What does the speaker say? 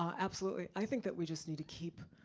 um absolutely. i think that we just need to keep